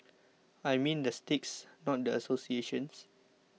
I mean the sticks not the associations